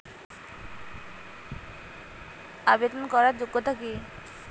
আবেদন করার যোগ্যতা কি?